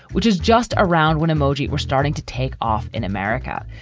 which is just around when emoji were starting to take off in america.